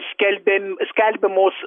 skelbiam skelbiamos